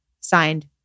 Signed